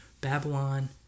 Babylon